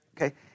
Okay